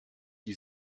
die